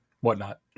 whatnot